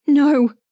No